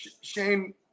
Shane